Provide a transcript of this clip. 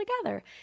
together